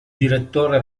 direttore